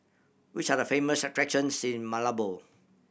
which are the famous attractions in Malabo